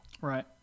Right